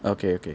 okay okay